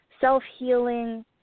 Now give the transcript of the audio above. self-healing